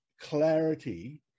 clarity